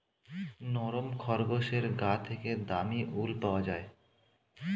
নরম খরগোশের গা থেকে দামী উল পাওয়া যায়